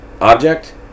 object